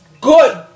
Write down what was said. good